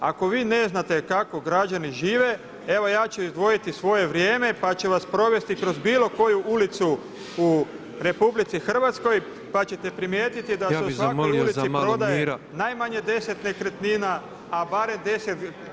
Ako vi ne znate kako građani žive evo ja ću izdvojiti svoje vrijeme pa ću vas provesti kroz bilo koju ulicu u RH pa ćete primijetiti da se u svakoj ulici prodaje [[Upadica predsjednik: Ja bih zamolio za malo mira.]] najmanje 10 nekretnina a barem 10…